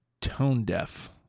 tone-deaf